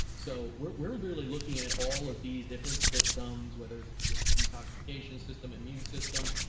so we're we're really looking at all of these different systems, whether it's detoxification system, immune system,